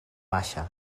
baixa